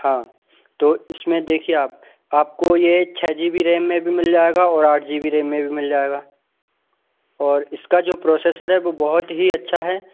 हाँ तो इसमें देखिए आप आपको ये छः जी बी रेम में भी मिल जाएगा और आठ जी बी रेम में भी मिल जाएगा और इसका जो प्रोसेसर है वो बहुत ही अच्छा है